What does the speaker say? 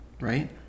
right